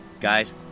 Guys